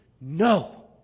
no